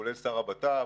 כולל שר הבט"פ,